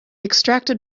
extracted